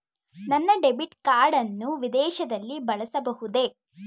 ನನ್ನ debit card ಅನ್ನು ವಿದೇಶದಲ್ಲಿ ಬಳಸಬಹುದೇ?